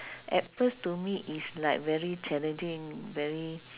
at first to me it's like very challenging very